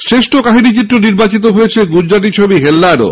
শ্রেষ্ঠ কাহিনী চিত্র নির্বাচিত হয়েছে গুজরাটি ছবি হেল্লারো